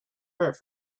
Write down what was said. earth